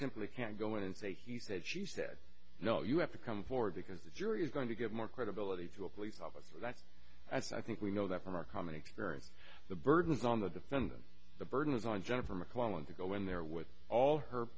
simply can't go in and say he said she said no you have to come forward because the jury is going to give more credibility to a police officer as i think we know that from our common experience the burden is on the defendant the burden is on jennifer mcclelland to go in there with all her